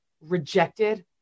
rejected